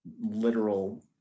literal